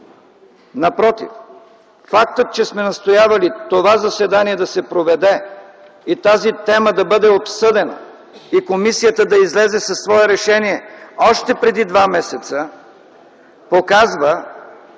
Напротив, фактът, че сме настоявали това заседание да се проведе и тази тема да бъде обсъдена и комисията да излезе със свое решение още преди два месеца, показва,